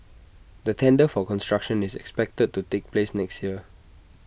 the tender for construction is expected to take place next year